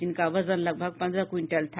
जिनका वजन लगभग पन्द्रह क्विंटल था